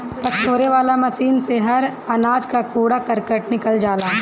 पछोरे वाला मशीन से हर अनाज कअ कूड़ा करकट निकल जाला